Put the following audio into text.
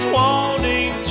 wanting